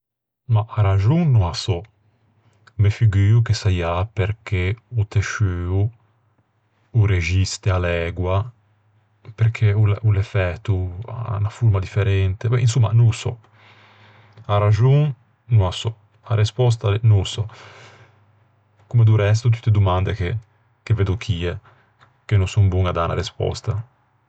Mah, a raxon no â sò. Me figuo che saià perché o tesciuo o rexiste à l'ægua, perché o l'é fæto à unna forma differente... Va ben, insomma, no ô sò. A raxon no â sò. A respòsta no ô sò. Comme do resto tutte e domande che veddo chie, che no son bon à dâ unna respòsta.